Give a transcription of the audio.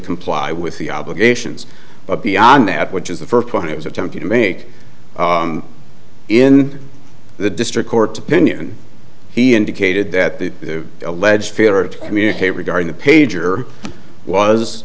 comply with the obligations but beyond that which is the first one he was attempting to make in the district court's opinion he indicated that the alleged failure to communicate regarding the pager was